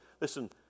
Listen